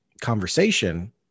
conversation